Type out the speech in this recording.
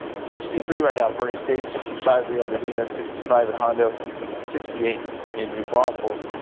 sixty three right now bernie state sixty five rio medina, sixty five in hondo sixty eight in new braunfels.